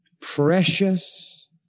precious